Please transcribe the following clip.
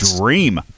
dream